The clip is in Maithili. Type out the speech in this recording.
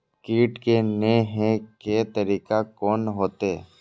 कीट के ने हे के तरीका कोन होते?